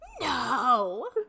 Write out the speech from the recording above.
No